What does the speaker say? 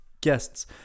guests